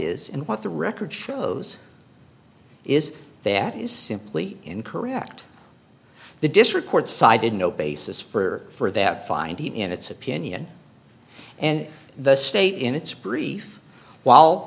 is and what the record shows is that is simply incorrect the district court sided no basis for that finding in its opinion and the state in its brief while